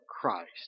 Christ